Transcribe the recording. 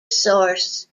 source